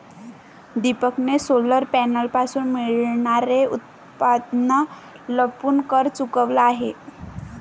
दीपकने सोलर पॅनलपासून मिळणारे उत्पन्न लपवून कर चुकवला आहे